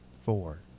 four